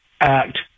act